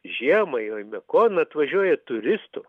žiemą į oimekoną atvažiuoja turistų